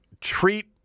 treat